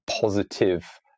positive